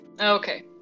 Okay